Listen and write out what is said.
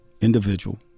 individual